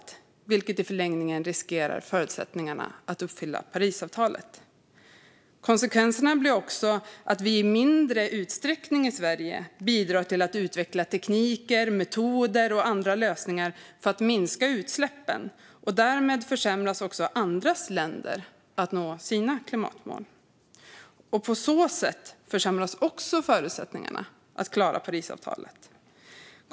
Det riskerar i förlängningen förutsättningarna att uppfylla Parisavtalet. Konsekvenserna blir också att vi i Sverige i mindre utsträckning bidrar till att utveckla tekniker, metoder och andra lösningar för att minska utsläppen. Därmed försämras också andra länders möjligheter att nå sina klimatmål. På så sätt försämras också förutsättningarna att klara Parisavtalet.